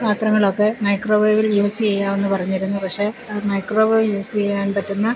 പാത്രങ്ങളൊക്കെ മൈക്രോവേവിൽ യൂസ് ചെയ്യാമെന്ന് പറഞ്ഞിരുന്നു പക്ഷെ മൈക്രോവേവിൽ യൂസ് ചെയ്യാൻ പറ്റുന്ന